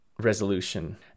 resolution